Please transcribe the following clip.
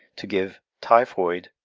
to give typhoid,